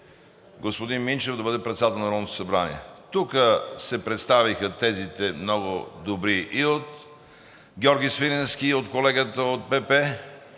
господин Минчев да бъде председател на Народното събрание“. Тук се представиха тезите, много добри, и от Георги Свиленски, и от колегата от ПП,